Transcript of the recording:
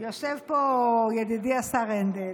יושב פה ידידי השר הנדל,